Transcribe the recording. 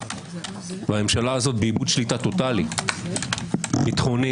והממשלה הזאת באיבוד שליטה טוטאלי ביטחוני,